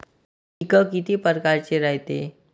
पिकं किती परकारचे रायते?